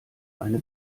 eine